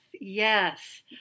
yes